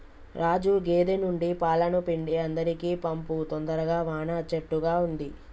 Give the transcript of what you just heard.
రాజు గేదె నుండి పాలను పిండి అందరికీ పంపు తొందరగా వాన అచ్చేట్టుగా ఉంది